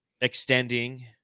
extending